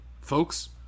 Folks